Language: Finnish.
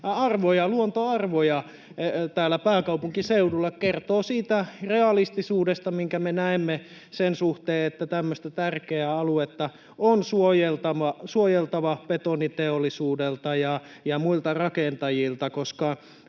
luontoarvoja, täällä pääkaupunkiseudulla — kertoo siitä realistisuudesta, minkä me näemme sen suhteen, että tämmöistä tärkeää aluetta on suojeltava betoniteollisuudelta ja muilta rakentajilta. On